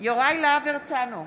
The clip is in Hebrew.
יוראי להב הרצנו,